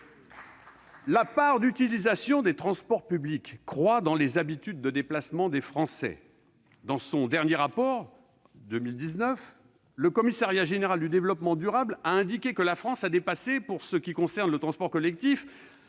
La place des transports publics croît dans les habitudes de déplacement des Français. Dans son dernier rapport, remis en 2019, le Commissariat général au développement durable a indiqué que la France était passée, pour ce qui concerne le transport collectif,